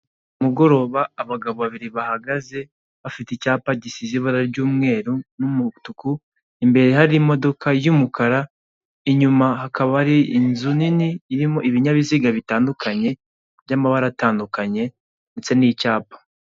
Ku mugoraba abagabo babiri bahagaze bafite icyapa gisize ibara ry'umweru n'umutuku, imbere hari imudoka y'umukara, inyuma hakaba hari inzu nini irimo ibinyabiziga bitandukanye by'amabara atandukanye ndetse n'icyapa.